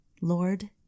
Lord